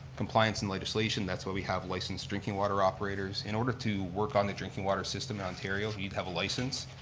compliance and legislation, that's why we have licensed drinking water operators. in order to work on the drinking water system in ontario, you need to have a license.